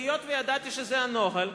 היות שידעתי שזה הנוהל,